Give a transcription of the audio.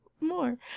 more